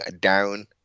down